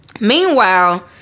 Meanwhile